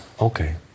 okay